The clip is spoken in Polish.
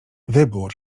wybór